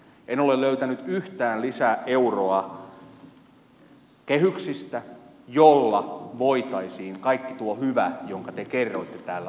en ole löytänyt yhtään lisäeuroa kehyksistä jolla voitaisiin kaikki tuo hyvä jonka te kerroitte täällä laittaa täytäntöön